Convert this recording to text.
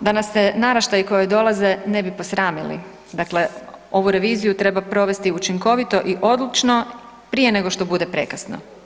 da nas se naraštaji koji dolaze ne bi posramili, dakle ovu reviziju treba provesti učinkovito i odlučno prije nego što bude prekasno.